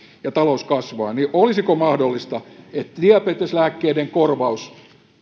ja talous kasvaa niin olisiko mahdollista että diabeteslääkkeiden korvaus